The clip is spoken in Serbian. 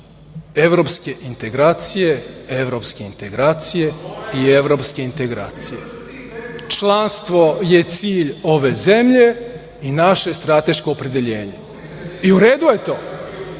Evropske integracije, evropske integracije i evropske integracije, članstvo je cilj ove zemlje i naše strateško opredeljenje. U redu je to.